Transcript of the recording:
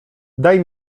daj